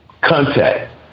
contact